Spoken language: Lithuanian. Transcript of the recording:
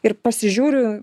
ir pasižiūriu